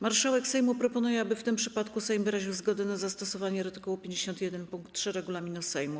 Marszałek Sejmu proponuje, aby w tym przypadku Sejm wyraził zgodę na zastosowanie art. 51 pkt 3 regulaminu Sejmu.